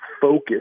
focus